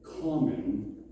common